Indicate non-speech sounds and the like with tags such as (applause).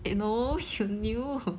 no (laughs) you knew